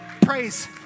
praise